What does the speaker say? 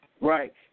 Right